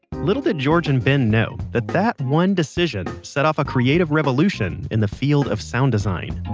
little did george and ben know that that one decision set off a creative revolution in the field of sound design